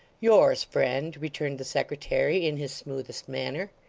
yours, friend returned the secretary in his smoothest manner.